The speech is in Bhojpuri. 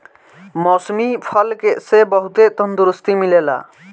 मौसमी फल से बहुते तंदुरुस्ती मिलेला